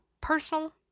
personal